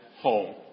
home